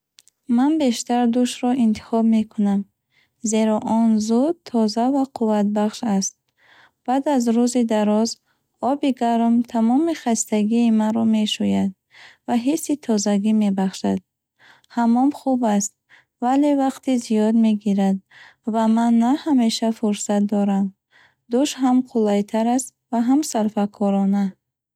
Ман бештар душро интихоб мекунам, зеро он зуд, тоза ва қувватбахш аст. Баъд аз рӯзи дароз, оби гарм тамоми хастагии маро мешӯяд ва ҳисси тозагӣ мебахшад. Хаммом хуб аст, вале вақти зиёд мегирад ва ман на ҳамеша фурсат дорам. Душ ҳам қулайтар аст ва ҳам сарфакорона.